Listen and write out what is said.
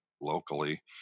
locally